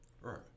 Right